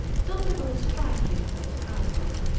but on the whole striking and powerful.